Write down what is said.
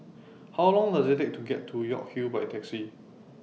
How Long Does IT Take to get to York Hill By Taxi